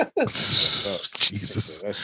Jesus